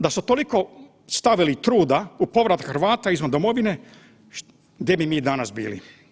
Da su toliko stavili truda u povrat Hrvata izvan domovine gdje bi mi danas bili.